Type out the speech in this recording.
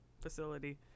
facility